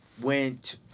went